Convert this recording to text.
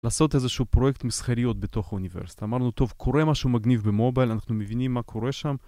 לעשות איזשהו פרויקט מסחריות בתוך האוניברסיטה. אמרנו, טוב, קורה משהו מגניב במובייל, אנחנו מבינים מה קורה שם.